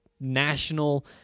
national